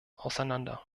auseinander